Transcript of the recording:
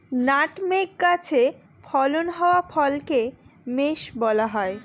nutmeg গাছে ফলন হওয়া ফলকে মেস বলা হয়